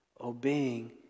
Obeying